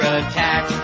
attack